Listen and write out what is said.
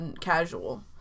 casual